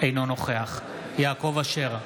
אינו נוכח יעקב אשר,